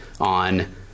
on